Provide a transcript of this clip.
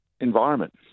environment